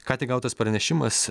ką tik gautas pranešimas